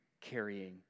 carrying